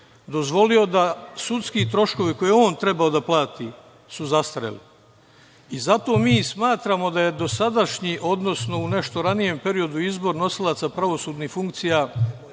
dozvolio da sudski troškovi koje je on trebao da plati su zastareli. I zato mi smatramo da je dosadašnji, odnosno, u nešto ranijem periodu izbor nosilaca pravosudnih funkcija